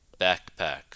backpack